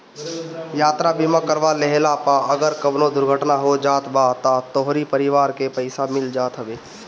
यात्रा बीमा करवा लेहला पअ अगर कवनो दुर्घटना हो जात बा तअ तोहरी परिवार के पईसा मिल जात हवे